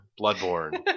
Bloodborne